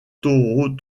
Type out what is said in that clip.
taureau